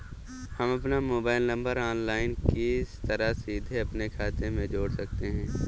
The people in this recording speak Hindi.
हम अपना मोबाइल नंबर ऑनलाइन किस तरह सीधे अपने खाते में जोड़ सकते हैं?